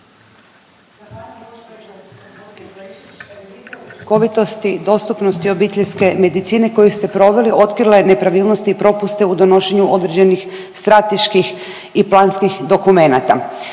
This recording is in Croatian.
**Ban, Boška (SDP)** .../Govornik nije uključen./... dostupnosti obiteljske medicine koju ste proveli, otkrila je nepravilnosti i propuste u donošenju određenih strateških i planskih dokumenata,